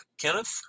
Kenneth